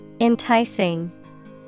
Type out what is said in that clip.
Enticing